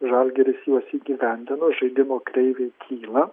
žalgiris juos įgyvendino žaidimo kreivė kyla